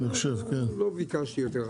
לא ביקשתי יותר.